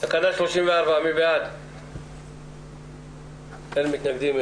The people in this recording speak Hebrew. מי בעד אישור תקנה 34?